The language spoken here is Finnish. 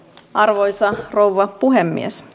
arvoisa puhemies